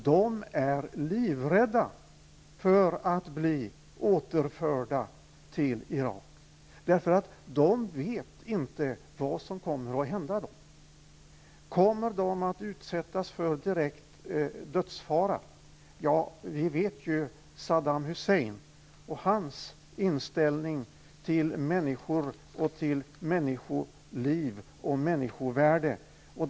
De är livrädda för att bli återförda till Irak, därför att de inte vet vad som kommer att hända dem. Kommer de att utsättas för direkt dödsfara? Ja, vi känner ju till Saddam Husseins inställning till människor, till människoliv och människovärde.